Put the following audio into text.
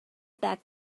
back